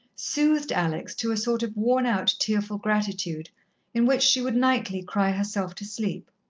soothed alex to a sort of worn-out, tearful gratitude in which she would nightly cry herself to sleep.